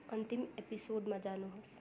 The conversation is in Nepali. अन्तिम एपिसोडमा जानु होस्